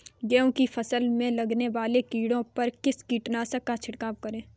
गेहूँ की फसल में लगने वाले कीड़े पर किस कीटनाशक का छिड़काव करें?